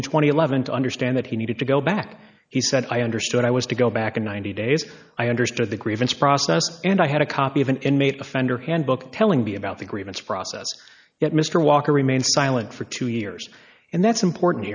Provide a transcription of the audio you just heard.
and eleven to understand that he needed to go back he said i understood i was to go back in ninety days i understood the grievance process and i had a copy of an inmate offender handbook telling me about the grievance process yet mr walker remained silent for two years and that's important